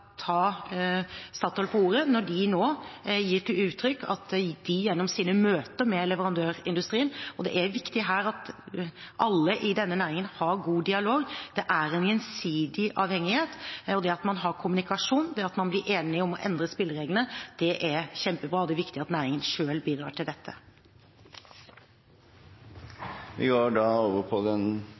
ta Statoil på ordet i det de nå gir uttrykk for gjennom sine møter med leverandørindustrien. Det er viktig her at alle i denne næringen har god dialog. Det er en gjensidig avhengighet, og det at man har kommunikasjon, det at man blir enige om å endre spillereglene, er kjempebra. Det er viktig at næringen selv bidrar til